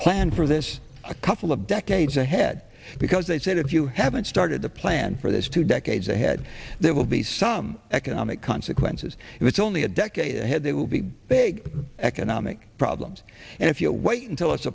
plan for this a couple of decades ahead because they said if you haven't started to plan for this two decades ahead there will be some economic consequences it's only a decade ahead there will be big economic problems and if you wait until it's